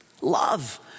Love